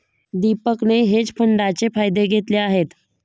दीपकने हेज फंडाचे फायदे घेतले आहेत